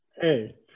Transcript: Hey